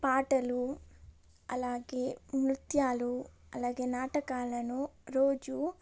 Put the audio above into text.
పాటలు అలాగే నృత్యాలు అలాగే నాటకాలను రోజూ